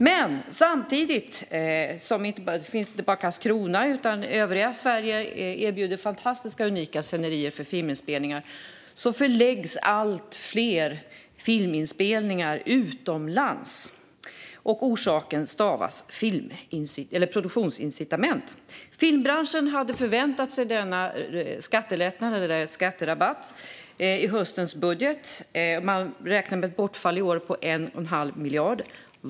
Det gäller inte bara Karlskrona, utan även övriga Sverige erbjuder fantastiska och unika scenerier för filminspelningar. Samtidigt förläggs allt fler filminspelningar utomlands. Orsaken stavas produktionsincitament. Filmbranschen hade förväntat sig skattelättnader eller skatterabatt i höstens budget. Man räknar i år med ett bortfall på 1 1⁄2 miljard.